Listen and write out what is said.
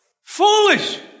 Foolish